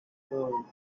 stones